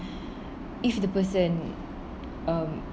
if the person um